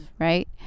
Right